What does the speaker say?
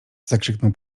zakrzyknął